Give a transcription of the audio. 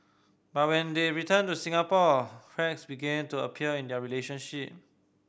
but when they returned to Singapore cracks began to appear in their relationship